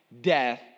death